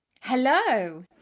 Hello